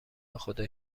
بخدا